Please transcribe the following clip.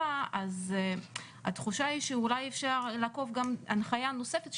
אז התחושה היא שאולי אפשר לעקוף הנחיה נוספת,